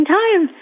time